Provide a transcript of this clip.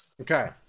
Okay